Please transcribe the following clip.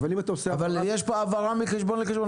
יש פה העברה מחשבון לחשבון,